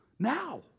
Now